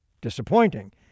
Disappointing